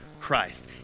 Christ